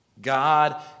God